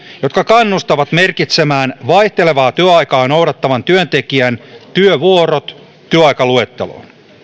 jotka kannustavat merkitsemään vaihtelevaa työaikaa noudattavan työntekijän työvuorot työaikaluetteloon